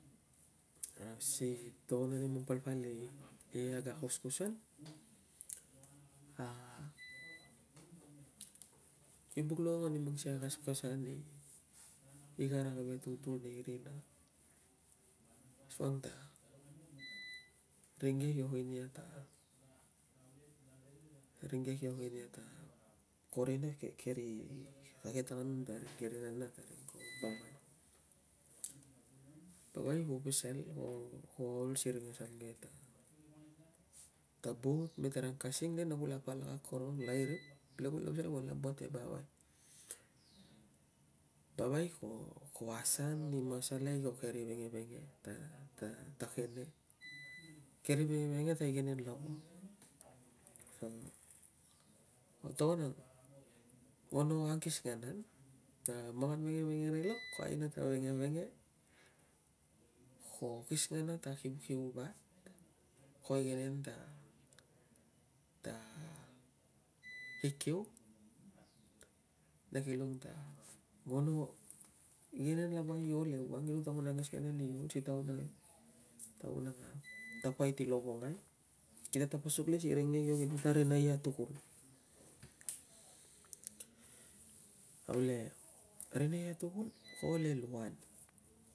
Mang si to ngon papal i ag akus kus ang. A mio buk longong ani pap- pasat i karai ke tultul irina. Asuang ta ringe kio nginia ta, ringe kio nginia ta, ko rina ke, kerei, ke tangamena ta ring, keri nan- na ta ring, ko bangan. Si man ku pasal o kulot siring asuang ke ta, tabut, meteren kasing le na kula palak akorong lairip, le ku la pasal ku la buat e bawai. Bawal ko, ko asan i masala keri keri vengevenge ta, ta, ta, ngene. Keri vengevenge ta ringnen lava. So, ko tongon ta, ta kik- kiu, na kilung ta ngoro ingenen lava ivol e awang, kirung to ngonan kisinganan i taun ang, si taun ang tapait i lovongai. Ki ta tapasuk ie si ringe kio ngiria ta rina i atukul. Aule, rina i atukul ko ol e luan.